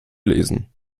lesen